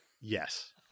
Yes